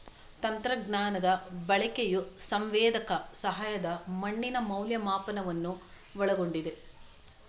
ತಂತ್ರಜ್ಞಾನದ ಬಳಕೆಯು ಸಂವೇದಕ ಸಹಾಯದ ಮಣ್ಣಿನ ಮೌಲ್ಯಮಾಪನವನ್ನು ಒಳಗೊಂಡಿದೆ